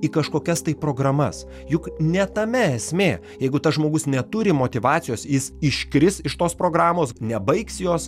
į kažkokias tai programas juk ne tame esmė jeigu tas žmogus neturi motyvacijos jis iškris iš tos programos nebaigs jos